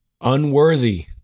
unworthy